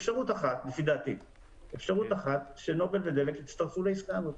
אפשרות אחת, שנובל ודלק יצטרפו לעסקה הזה.